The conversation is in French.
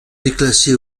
déclassé